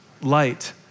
light